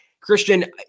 Christian